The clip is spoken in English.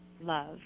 love